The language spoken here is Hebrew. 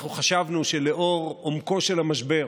אנחנו חשבנו שלאור עומקו של המשבר,